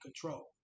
control